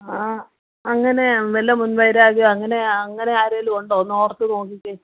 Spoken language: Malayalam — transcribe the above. ആ അങ്ങനെ വല്ല മുൻ വൈരാഗ്യമോ അങ്ങനെ അങ്ങനെ ആരേലും ഉണ്ടോ ഒന്നോർത്തു നോക്കിക്കേ